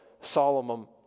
Solomon